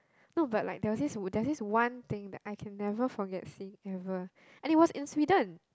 no but like there was this there's this one thing that I can never forget seeing ever and it was in Sweden